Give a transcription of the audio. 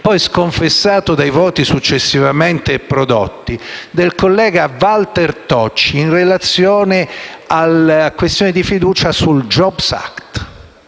poi sconfessato dai voti successivamente prodotti, del collega Walter Tocci in relazione alla questione di fiducia sul *jobs act*.